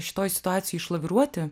šitoj situacijoj išlaviruoti